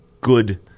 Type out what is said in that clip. good